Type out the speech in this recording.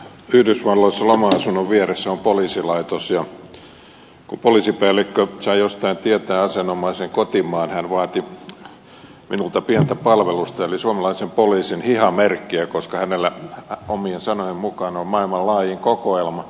yhdysvalloissa loma asunnon vieressä on poliisilaitos ja kun poliisipäällikkö sai jostain tietää asianomaisen kotimaan hän vaati minulta pientä palvelusta eli suomalaisen poliisin hihamerkkiä koska hänellä omien sanojensa mukaan on maailman laajin kokoelma